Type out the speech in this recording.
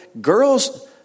Girls